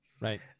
right